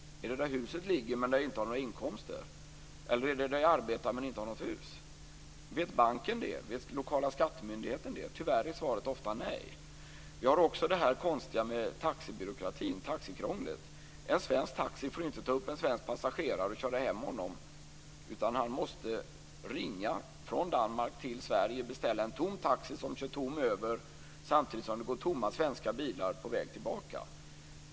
Är det där huset ligger men där jag inte har några inkomster? Eller är det där jag arbetar men inte har något hus? Vet banken det? Vet lokala skattemyndigheten det? Tyvärr är svaret ofta nej. Vi har också den här konstiga taxibyråkratin - taxikrånglet. En svensk taxi får inte ta upp en svensk passagerare och köra hem honom, utan han måste ringa från Danmark till Sverige och beställa en taxi som kör tom över samtidigt som det går tomma svenska bilar på väg tillbaka.